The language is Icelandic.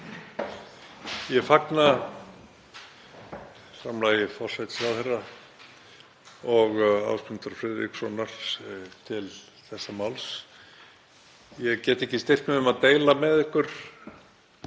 Ég fagna framlagi forsætisráðherra og Ásmundar Friðrikssonar til þessa máls. Ég get ekki stillt mig um að deila með ykkur